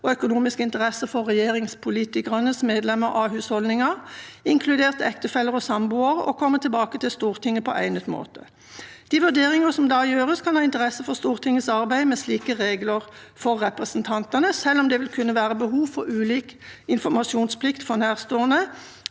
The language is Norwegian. og økonomiske interesser for regjeringspolitikeres medlemmer av husholdningen, inkludert ektefelle og samboer, og komme tilbake til Stortinget på egnet måte. De vurderinger som da gjøres, kan ha interesse for Stortingets arbeid med slike regler for representantene, selv om det vil kunne være behov for ulik informasjonsplikt for nærstående